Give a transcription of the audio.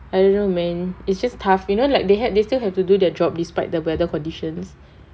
I don't know man it's just tough you know like they had they still have to do their job despite the weather conditions